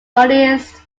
earliest